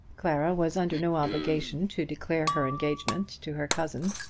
clara was under no obligation to declare her engagement to her cousin,